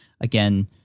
Again